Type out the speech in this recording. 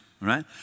right